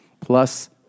plus